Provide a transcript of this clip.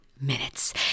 minutes